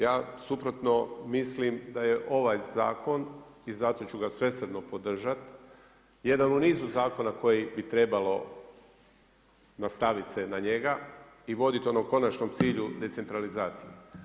Ja suprotno mislim da je ovaj zakon i zato ću ga svesrdno podržati jedan u nizu zakona koji bi trebalo nastaviti se na njega i voditi onom konačnom cilju decentralizacije.